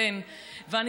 ואני